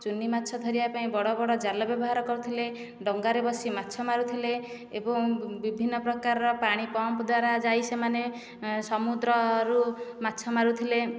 ଚୁନି ମାଛ ଧରିବା ପାଇଁ ବଡ଼ ବଡ଼ ଜାଲ ବ୍ୟବହାର କରୁଥିଲେ ଡଙ୍ଗାରେ ବସି ମାଛ ମାରୁଥିଲେ ଏବଂ ବିଭିନ୍ନ ପ୍ରକାରର ପାଣି ପମ୍ପ ଦ୍ୱାରା ଯାଇ ସେମାନେ ସମୁଦ୍ରରୁ ମାଛ ମାରୁଥିଲେ